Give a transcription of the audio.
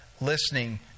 listening